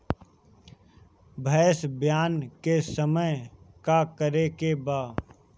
भैंस ब्यान के समय का करेके बा?